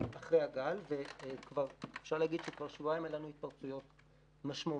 אחרי הגל ואפשר להגיד שכבר שבועיים אין לנו התפרצויות משמעותיות.